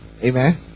Amen